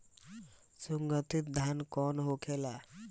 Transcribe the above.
सुगन्धित धान कौन होखेला?